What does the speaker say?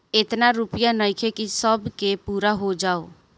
एतना रूपया नइखे कि सब के पूरा हो जाओ